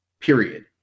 period